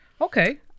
Okay